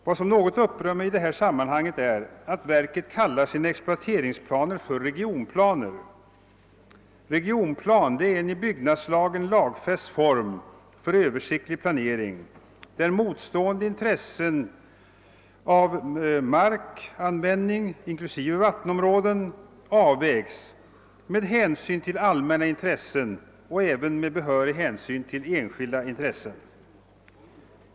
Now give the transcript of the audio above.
Vad som något upprör mig i detta sammanhang är att verket kallar sina exploateringsplaner för regionplaner. Regionplan är en i byggnadslagen lagfäst form för översiktlig planering där motstående intressen beträffande markanvändning inklusive vattenområden avvägs med hänsyn till allmänna intressen och även med behörigt hänsynstagande till enskilda.